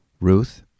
Ruth